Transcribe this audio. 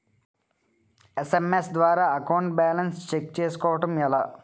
SMS ద్వారా account balance check చేసుకోవటం ఎలా?